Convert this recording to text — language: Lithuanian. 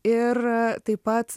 ir taip pat